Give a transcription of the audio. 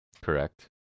correct